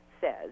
says